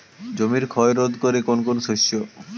জমির ক্ষয় রোধ করে কোন কোন শস্য?